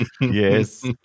Yes